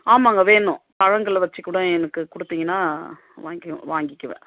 ஆமாங்க வேணும் பழங்களை வச்சு கூட எனக்கு கொடுத்தீங்கன்னா வாங்கிவேன் வாங்கிக்குவேன்